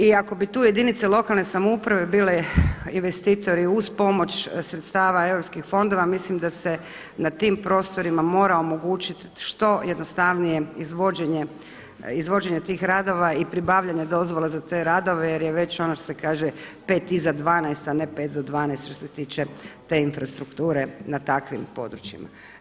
I ako bi tu jedinice lokalne samouprave bile investitori uz pomoć sredstava europskih fondova mislim da se na tim prostorima mora omogućiti što jednostavnije izvođenje tih radova i pribavljanja dozvola za te radove jer je već ono što se kaže 5 iza 12 a ne 5 do 12 što se tiče te infrastrukture na takvim područjima.